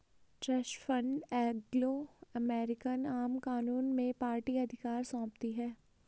trust fund Anglo American आम कानून में पार्टी अधिकार सौंपती है